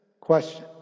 question